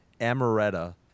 Amaretta